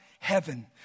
Heaven